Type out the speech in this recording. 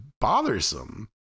bothersome